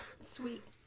Sweet